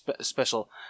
special